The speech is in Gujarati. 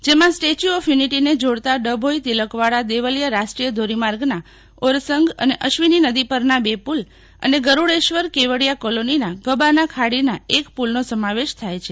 જેમાં સ્ટેચ્યુ ઓફ યુનિટીને જોડતાં ડભોઈ તિલકવાડા દેવલીયા રાષ્ટ્રીય ધોરીમાર્ગના ઓરસંગ અને અશ્વિની નદી પરના બે પુલ અને ગરૂડેશ્વર કેવડીયા કોલોનીના ગબાના ખાડીના એક પુલનો સમાવેશ થાય છે